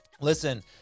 Listen